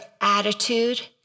attitude